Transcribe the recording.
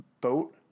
boat